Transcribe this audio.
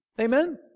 Amen